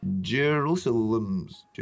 Jerusalems